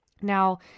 Now